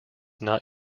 not